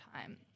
time